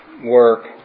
work